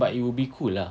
but it will be cool lah